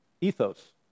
ethos